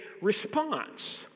response